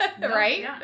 right